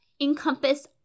encompass